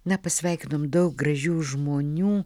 na pasveikinom daug gražių žmonių